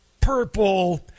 purple